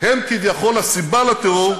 הם כביכול הסיבה לטרור,